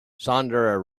sandra